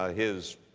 ah his,